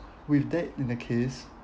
with that in the case